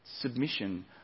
submission